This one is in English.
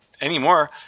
anymore